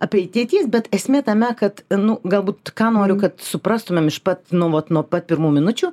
apie ateities bet esmė tame kad nu galbūt ką noriu kad suprastumėm iš pat nu vat nuo pat pirmų minučių